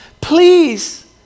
please